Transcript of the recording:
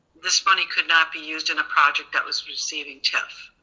this money could not be used in a project that was receiving tif?